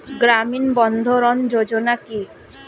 গ্রামীণ বন্ধরন যোজনা কি?